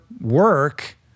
work